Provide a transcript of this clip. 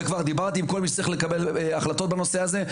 וכבר דיברתי עם כל מי שצריך לקבל החלטות בנושא הזה.